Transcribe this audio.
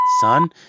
son